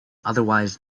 otherwise